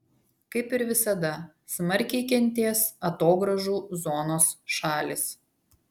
kaip ir visada smarkiai kentės atogrąžų zonos šalys